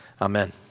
Amen